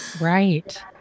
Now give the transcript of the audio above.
Right